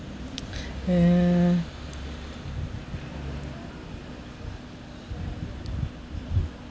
uh